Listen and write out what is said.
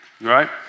right